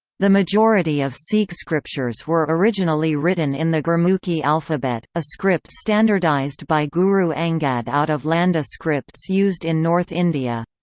the majority of sikh scriptures were originally written in the gurmukhi alphabet, a script standardised by guru angad out of landa scripts used in north india.